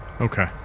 Okay